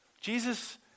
Jesus